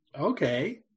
Okay